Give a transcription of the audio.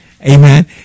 Amen